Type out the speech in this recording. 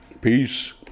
Peace